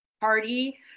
party